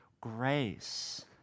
grace